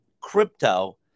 crypto